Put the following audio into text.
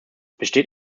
besteht